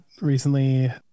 recently